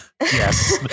yes